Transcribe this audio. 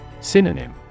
Synonym